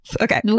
okay